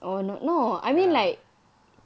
ya